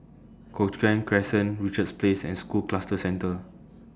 Cochrane Crescent Richards Place and School Cluster Centre